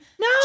No